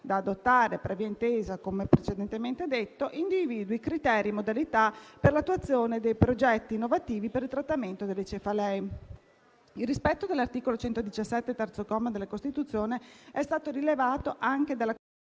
da adottare previa intesa come precedentemente detto, individui criteri e modalità per l'attuazione dei progetti innovativi per il trattamento delle cefalee. Il rispetto dell'articolo 117, terzo comma, della Costituzione, è stato rilevato anche dalla Commissione